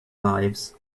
lives